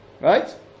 Right